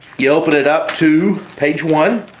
you open it up to page one